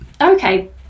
okay